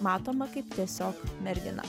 matoma kaip tiesiog mergina